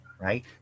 right